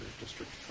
District